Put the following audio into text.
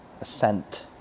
ascent